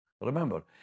Remember